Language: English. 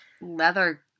leather